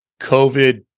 COVID